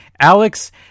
Alex